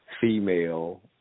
female